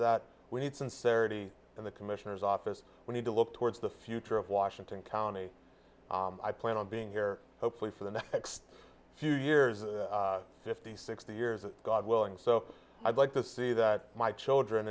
that we need sincerity in the commissioner's office we need to look towards the future of washington county i plan on being here hopefully for the next few years fifty sixty years god willing so i'd like to see that my children